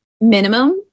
minimum